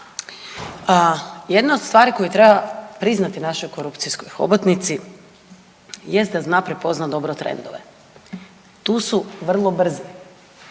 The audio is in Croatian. Jedna od stvari koju treba priznati našoj korupcijskoj hobotnici jest da zna prepoznat dobro trendove, tu su vrlo brzi,